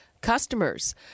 customers